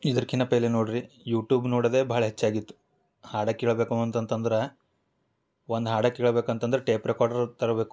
ಇದ್ರ್ಕಿನ್ನ ಪೆಹೆಲೆ ನೋಡ್ರಿ ಯೂಟೂಬ್ ನೋಡದೆ ಭಾಳ ಹೆಚ್ಚಾಗಿತ್ತು ಹಾಡ ಕೇಳಬೇಕು ಅಂತ ಅಂತಂದ್ರ ಒಂದು ಹಾಡು ಕೇಳ್ಬೇಕು ಅಂತಂದ್ರ ಟೇಪ್ರೆಕಾರ್ಡರ್ ತರಬೇಕು